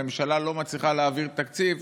הממשלה לא מצליחה להעביר תקציב,